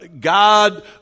God